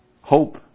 hope